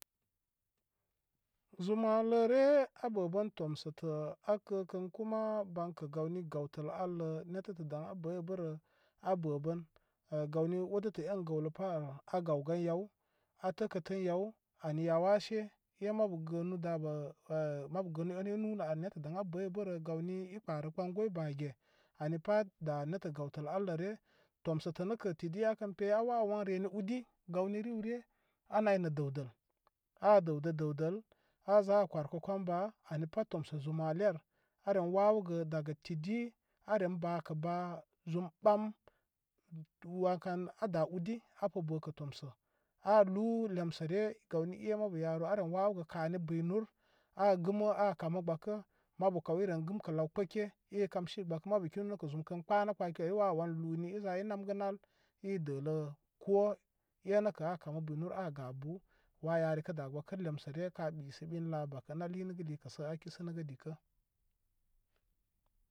Zumaləre abəbən tomsətə a kə kən kuma baŋkə gawni gawtəl allə nettətə daŋ a bəybəbərə a bəbən gawni odətə en gəwlə pa a gawgan yaw a təkə tən yaw ani washe e mabu gənu dabə a mabu gənu enn wunə ar nettə bəybərə gawai i ɓarə ɓan goy bage ani pat da netta gəwtəl alləre tomsə nəkə tidi akən pəy a wawəwan reni udi gawni riwre a naynə dəwdəl a dəwdə dəwdəl a za a korkə kon wa ani pat tomsə zumale ari aren wawəgə daga tidi are ba kə ba zum ɓam wankan a da udi apə bəkə tomsə a lu lemsəre gawni e mabu yaru a re wawəgə kani bəy nur a gəmə a kamə gbəkə mabu kaw ire gəwkə law kpəle e kamsi gbəkə mabu kina nəkə zum kən ɓanə kan i wawəwan luni i namgə nal i dələ ko enə kə a kamə bəy nur a ga bu wa yari kə da gbəkə lemsəre ka disə biu la bako a li nəgə likə sə a kisənəgə dikə.